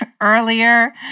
earlier